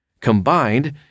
Combined